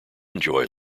enjoy